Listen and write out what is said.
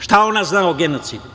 Šta ona zna o genocidu?